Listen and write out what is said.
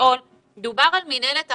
דובר על מינהלת אכיפה.